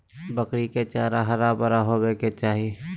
बकरी के चारा हरा भरा होबय के चाही